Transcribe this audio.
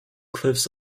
cliffs